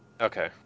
Okay